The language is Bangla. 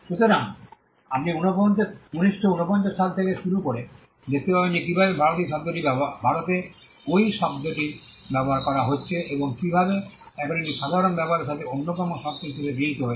সুতরাং আপনি 1949 সাল থেকে শুরু করে দেখতে পাবেন যে কীভাবে ভারতে এই শব্দটি ব্যবহার করা হচ্ছে এবং কীভাবে এখন এটি সাধারণ ব্যবহারের সাথে অন্যতম শর্ত হিসাবে গৃহীত হয়েছে